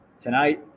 tonight